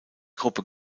gruppe